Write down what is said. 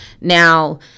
Now